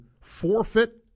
forfeit